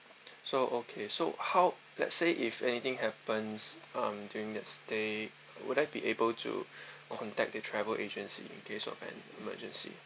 so okay so how let's say if anything happens um during the stay would I be able to contact the travel agency in case of an emergency